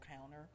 counter